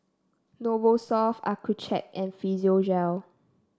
Novosource Accucheck and Physiogel